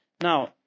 Now